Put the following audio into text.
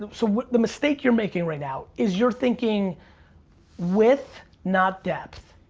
so the mistake you're making right now is you're thinking width not depth.